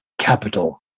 capital